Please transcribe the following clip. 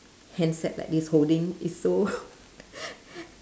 handset like this holding it's so